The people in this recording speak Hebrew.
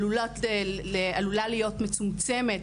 עלולה להיות מצומצמת,